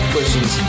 Questions